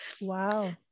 Wow